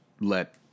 let